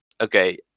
okay